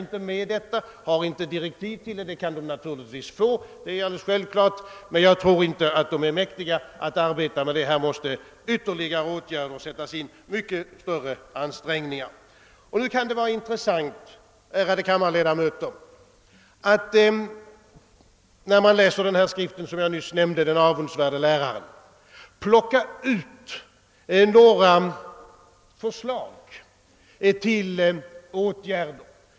Inte heller har den några direktiv i detta avseende, men det är självklart att den kan få det. Jag tror emellertid inte att sammanslutningen är mäktig ett sådant arbete. Här måste större ansträngningar göras och kraftigare åtgärder sättas in. När man läser skriften Den avundsvärde läraren kan det vara intressant att plocka ut några förslag till åtgärder.